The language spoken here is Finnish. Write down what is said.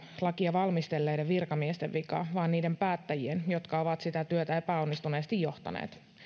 lakia valmistelleiden virkamiesten vika vaan niiden päättäjien jotka ovat sitä työtä epäonnistuneesti johtaneet